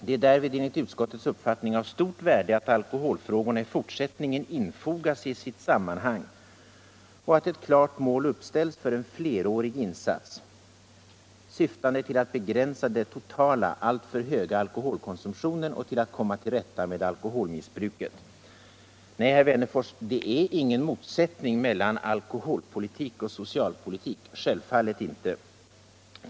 Det är därvid enligt utskottets uppfattning av stort värde att alkoholfrågorna i fortsättningen infogas i sitt sammanhang och att ett klart mål uppställs för en flerårig insats syftande till att begränsa den totala, alltför höga alkoholkonsumtionen och till att komma till rätta med alkoholmissbruket.” Nej, herr Wennerfors, det är ingen motsättning mellan alkoholpolitik och socialpolitik; självfallet inte.